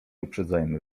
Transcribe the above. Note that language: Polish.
uprzedzajmy